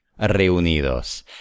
reunidos